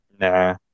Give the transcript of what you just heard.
Nah